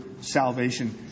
salvation